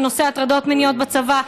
בנושא הטרדות מיניות בצבא,